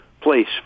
place